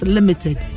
Limited